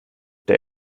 der